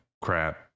crap